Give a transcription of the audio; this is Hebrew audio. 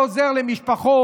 הוא עוזר למשפחות,